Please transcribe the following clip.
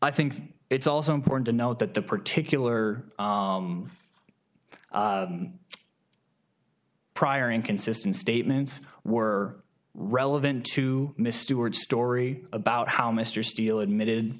i think it's also important to note that the particular prior inconsistent statements were relevant to miss stewart story about how mr steele admitted